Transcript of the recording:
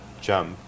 jump